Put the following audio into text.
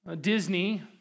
Disney